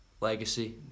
legacy